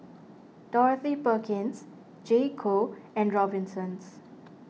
Dorothy Perkins J co and Robinsons